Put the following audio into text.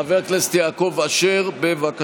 ו-821 הוסרו, ואנחנו עוברים להצבעה